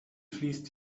fließt